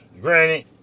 granted